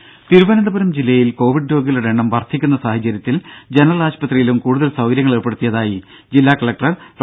ദേദ തിരുവനന്തപുരം ജില്ലയിൽ കോവിഡ് രോഗികളുടെ എണ്ണം വർദ്ധിക്കുന്ന സാഹചര്യത്തിൽ ജനറൽ ആശുപത്രിയിലും കൂടുതൽ സൌകര്യങ്ങൾ ഏർപ്പെടുത്തിയതായി ജില്ലാ കലക്ടർ ഡോ